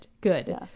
good